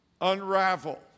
unravel